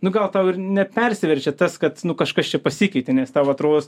nu gal tau ir nepersiverčia tas kad nu kažkas čia pasikeitė nes tau atrodo